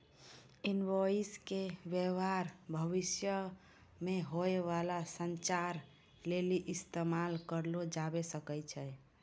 invoice के व्य्वहार भविष्य मे होय बाला संचार लेली इस्तेमाल करलो जाबै सकै छै